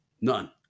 none